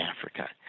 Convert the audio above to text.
Africa